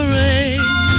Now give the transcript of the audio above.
rain